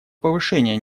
повышения